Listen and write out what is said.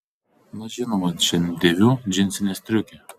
na žinoma šiandien dėviu džinsinę striukę